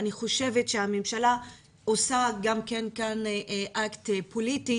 אני חושבת שהממשלה עושה כאן גם אקט פוליטי,